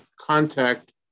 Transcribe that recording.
contact